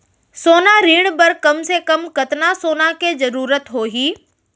सोना ऋण बर कम से कम कतना सोना के जरूरत होही??